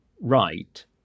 right